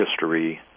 history